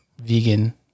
vegan